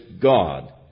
God